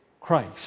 Christ